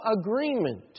agreement